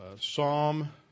Psalm